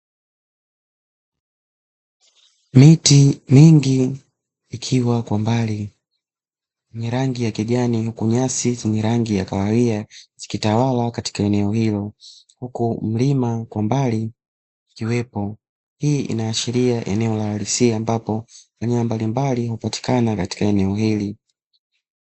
Miti mingi ikiwa kwa mbali yenye rangi ya kijani huku nyasi zenye rangi ya kahawia zikitawala katika eneo hilo, huku mlima kwa mbali ikiwepo hii inaashiria eneo la uhalisia ambapo wanyama mbalimbali hupatikana katika eneo hili.